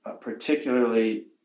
particularly